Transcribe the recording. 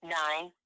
nine